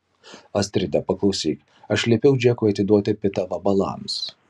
astrida paklausyk aš liepiau džekui atiduoti pitą vabalams